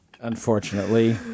unfortunately